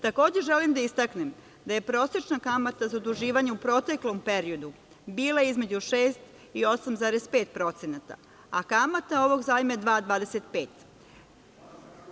Takođe, želim da istaknem da je prosečna kamata zaduživanja u proteklom periodu bila između 6 i 8,5%, a kamata ovog zajma je 2,25%